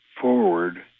forward